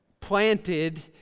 planted